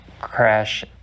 crash